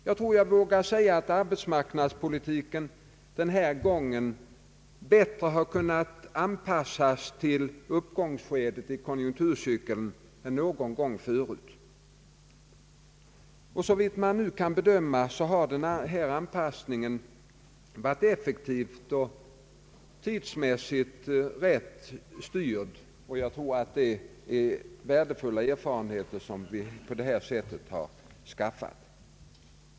Jag tror jag vågar säga att arbetsmarknadspolitiken denna gång bättre kunnat anpassas till uppgångsskedet i konjunkturcykeln än någon gång förr. Såvitt man nu kan bedöma har denna anpassning varit effektiv och tidsmässigt rätt styrd. Det är värdefulla erfarenheter som vi skaffat på detta sätt.